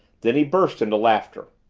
then he burst into laughter.